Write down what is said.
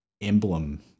emblem